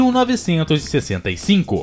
1965